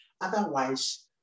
Otherwise